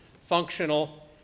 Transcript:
functional